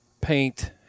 paint